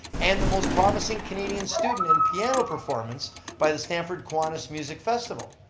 and the most promising canadian student in piano performance by the stamford kiwanis music festival.